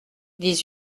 dix